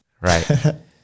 Right